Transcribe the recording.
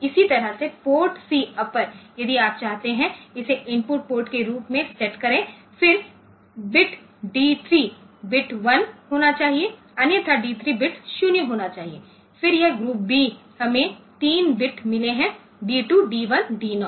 इसी तरह से पोर्ट C अपर यदि आप चाहते हैं इसे इनपुट पोर्ट के रूप में सेट करें फिर बिट डी 3 बिट 1 होना चाहिए अन्यथा डी 3 बिट 0 होना चाहिए फिर यह ग्रुप बी हमें 3 बिट मिले है डी 2 डी 1 और डी 0